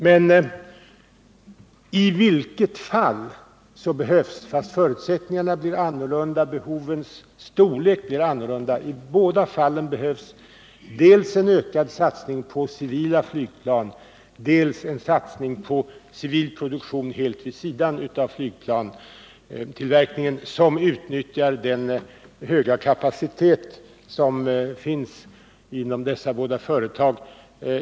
Men i vilket fall som helst — även om förutsättningarna och behovens storlek blir annorlunda — behövs dels en ökad satsning på civila flygplan, dels en satsning på civil produktion, helt vid sidan av flygplanstillverkningen, som utnyttjar den höga kapacitet som finns inom dessa båda företag.